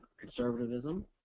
conservatism